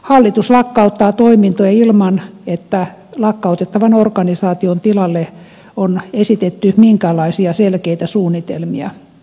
hallitus lakkauttaa toimintoja ilman että lakkautettavan organisaation tilalle on esitetty minkäänlaisia selkeitä suunnitelmia